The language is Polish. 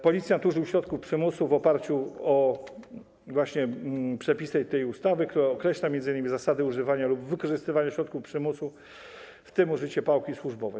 Policjant użył środków przymusu w oparciu właśnie o przepisy tej ustawy, która określa m.in. zasady używania lub wykorzystywania środków przymusu, w tym użycia pałki służbowej.